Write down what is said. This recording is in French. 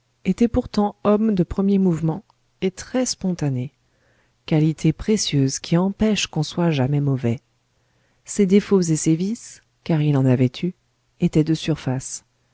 était pourtant homme de premier mouvement et très spontané qualité précieuse qui empêche qu'on soit jamais mauvais ses défauts et ses vices car il en avait eu étaient de surface